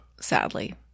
sadly